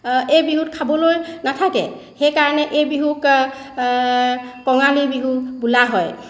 এই বিহুত খাবলৈ নাথাকে সেইকাৰণে এই বিহুক কঙালী বিহু বোলা হয়